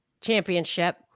championship